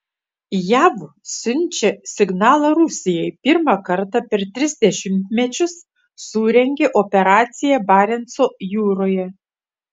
jav siunčia signalą rusijai pirmą kartą per tris dešimtmečius surengė operaciją barenco jūroje